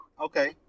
Okay